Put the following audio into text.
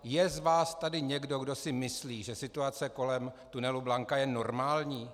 Je z vás tady někdo, kdo si myslí, že situace kolem tunelu Blanka je normální?